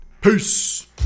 Peace